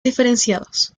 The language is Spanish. diferenciados